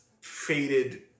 faded